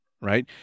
right